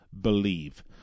BELIEVE